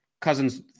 Cousins